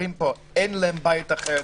אין להן בית אחר,